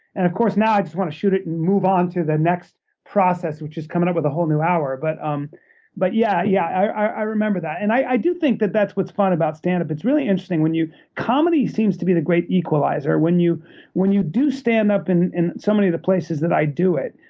and of course, now i just want to shoot it and move on to the next process, which is coming up with a whole new hour. but um but yeah, yeah i i remember that. and i do think that that's what's fun about standup. it's really interesting when you comedy seems to be the great equalizer. when you when you do standup in in so many of the places that i do it,